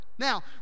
Now